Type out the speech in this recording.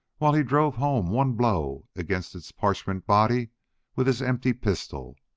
while he drove home one blow against its parchment body with his empty pistol,